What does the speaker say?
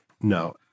No